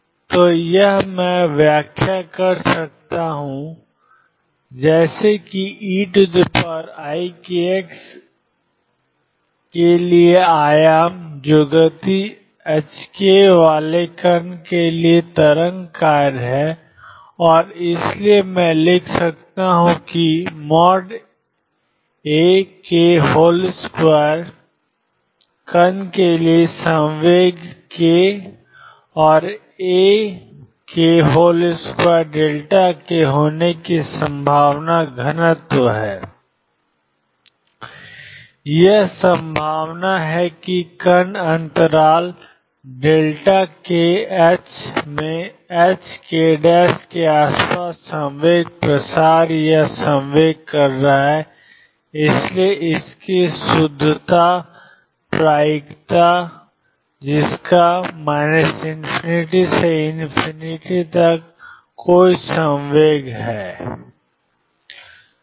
तो यह मैं व्याख्या कर सकता हूं जैसा कि eikx के लिए आयाम है जो गति ℏk वाले कण के लिए तरंग कार्य है और इसलिए मैं लिख सकता हूं कि Ak2 कण के लिए संवेग k और Ak2k होने की संभावना घनत्व है यह संभावना है कि कण अंतराल kℏ में ℏk के आसपास संवेग प्रसार या संवेग है और इसलिए शुद्ध प्रायिकता जिसका ∞ से एक तक कोई संवेग है